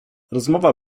rozmowa